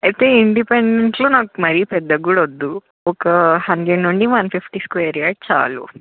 అయితే ఇండిపెండెంట్లో నాకు మరి పెద్దగా కూడా వద్దు ఒక హండ్రెడ్ నుండి వన్ ఫిఫ్టీ స్క్వేర్ యాడ్ చాలు